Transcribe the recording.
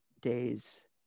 days